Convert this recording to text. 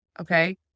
Okay